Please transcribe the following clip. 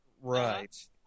Right